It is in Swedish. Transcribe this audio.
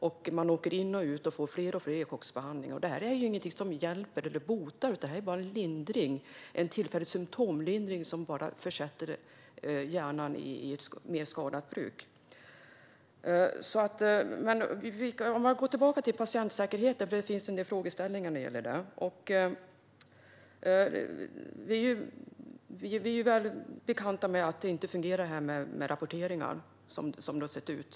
Patienterna åker in och ut och får fler elchocksbehandlingar, men det är inget som botar, utan det är bara en tillfällig symtomlindring som försätter hjärnan i mer skadat skick. När det gäller patientsäkerheten finns det en del frågeställningar. Vi är väl bekanta med att detta med rapporteringar inte fungerar som det har sett ut.